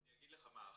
אני אגיד לך מה,